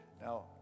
Now